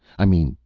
i mean,